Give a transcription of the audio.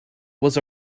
was